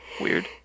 Weird